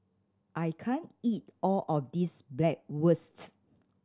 I can't eat all of this Bratwurst